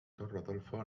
rodolfo